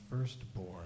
Firstborn